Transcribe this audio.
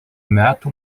metų